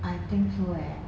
I think so eh